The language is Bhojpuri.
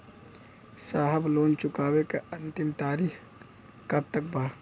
साहब लोन चुकावे क अंतिम तारीख कब तक बा?